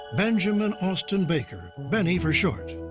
benjamin austin baker benny for short.